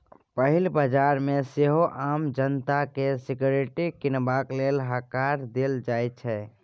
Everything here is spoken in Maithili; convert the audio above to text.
पहिल बजार मे सेहो आम जनता केँ सिक्युरिटी कीनबाक लेल हकार देल जाइ छै